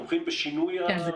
כן,